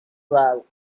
well